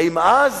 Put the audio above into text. האם אז